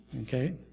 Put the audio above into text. Okay